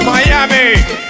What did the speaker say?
Miami